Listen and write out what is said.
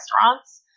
restaurants